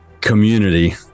community